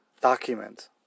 document